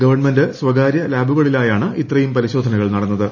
government സ്വകാര്യ ലാബുകളിലായാണ് ഇത്രയും പരിശോധനകൾ നടന്നത്